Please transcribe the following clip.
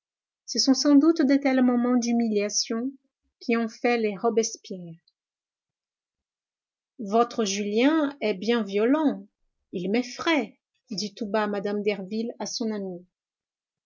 ce sont sans doute de tels moments d'humiliation qui ont fait les robespierre votre julien est bien violent il m'effraye dit tout bas mme derville à son amie